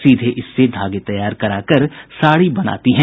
सीधे इससे धागे तैयार कराकर साड़ी बनाती है